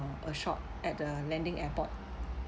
a shop at the landing airport